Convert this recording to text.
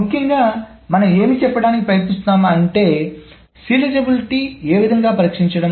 ముఖ్యంగా మనం ఏమి చెప్పడానికి ప్రయత్నిస్తున్నామని అంటే సీరియలైజబిలిటీ ఏ విధముగా పరీక్షించడం